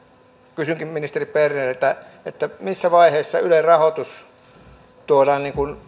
kysynkin ministeri berneriltä missä vaiheessa ylen rahoitus tuodaan